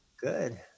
Good